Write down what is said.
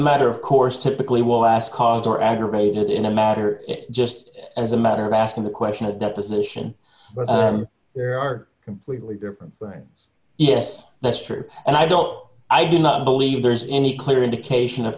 matter of course typically will ask cause or aggravate in a matter just as a matter of asking the question of deposition but there are completely different things yes that's true and i don't i do not believe there is any clear indication of